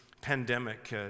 pandemic